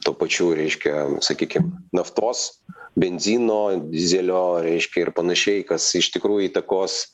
tuo pačiu reiškia sakykim naftos benzino dyzelio reiškia ir panašiai kas iš tikrųjų įtakos